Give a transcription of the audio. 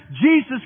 Jesus